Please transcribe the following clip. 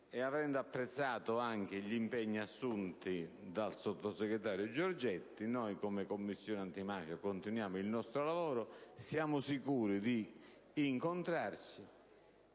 e avendo apprezzato anche gli impegni assunti dal sottosegretario Giorgetti, noi della Commissione antimafia continuiamo il nostro lavoro, siamo sicuri di incontrarci;